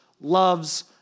loves